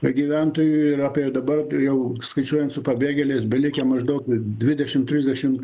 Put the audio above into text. na gyventojų ir apie dabar jau skaičiuojant su pabėgėliais belikę maždaug dvidešimt trisdešimt